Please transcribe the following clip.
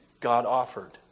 God-offered